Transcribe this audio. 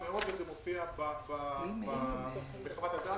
פה מדובר על הפגנה חברתית,